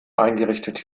eingerichtet